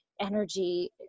energy